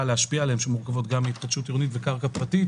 שמורכבות גם מהתחדשות עירונית וקרקע פרטית.